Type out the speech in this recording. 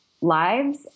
lives